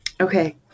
Okay